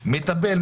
מטפל,